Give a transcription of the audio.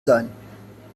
sein